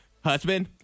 husband